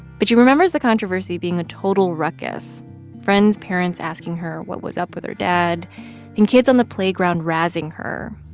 but she remembers the controversy being a total ruckus friend's parents asking her what was up with her dad and kids on the playground razzing her,